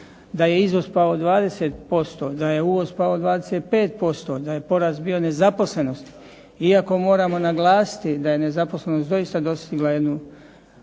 da je izvoz pao 20%, da je uvoz pao 25%, da je poraz bio nezaposlenosti iako moramo naglasiti da je nezaposlenost doista dosegla jednu